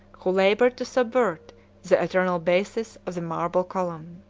who labored to subvert the eternal basis of the marble column.